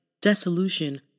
dissolution